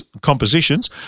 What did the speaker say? compositions